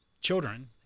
children